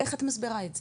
איך את מסבירה את זה?